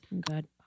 good